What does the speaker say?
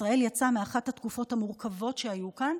ישראל יצאה מאחת התקופות המורכבות שהיו כאן.